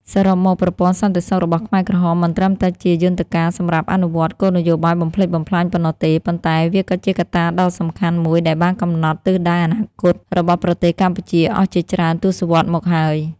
សរុបមក ប្រព័ន្ធសន្តិសុខរបស់ខ្មែរក្រហមមិនត្រឹមតែជាយន្តការសម្រាប់អនុវត្តគោលនយោបាយបំផ្លិចបំផ្លាញប៉ុណ្ណោះទេ ប៉ុន្តែវាក៏ជាកត្តាដ៏សំខាន់មួយដែលបានកំណត់ទិសដៅអនាគតរបស់ប្រទេសកម្ពុជាអស់ជាច្រើនទសវត្សរ៍មកហើយ។